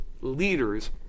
leaders